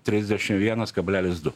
trisdešim vienas kablelis du